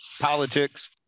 politics